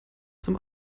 zum